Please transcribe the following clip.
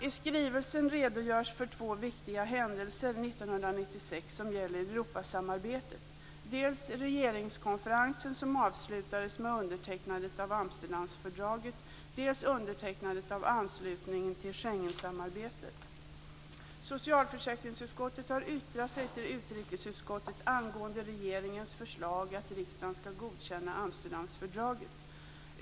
I skrivelsen redogörs för två viktiga händelser under år 1996 som gäller Europasamarbetet, dels regeringskonferensen som avslutades med undertecknandet av Amsterdamfördraget, dels undertecknandet av anslutningen till Schengensamarbetet. Socialförsäkringsutskottet har yttrat sig till utrikesutskottet angående regeringens förslag att riksdagen skall godkänna Amsterdamfördraget.